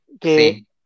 que